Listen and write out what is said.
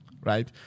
right